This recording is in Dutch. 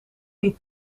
die